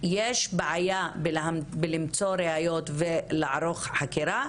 יש בעיה בלמצוא ראיות ולערוך חקירה,